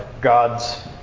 God's